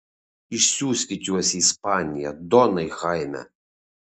išsiųskit juos į ispaniją donai chaime